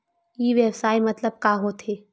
ई व्यवसाय मतलब का होथे?